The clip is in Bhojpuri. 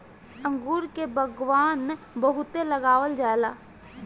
अंगूर के बगान बहुते लगावल जाला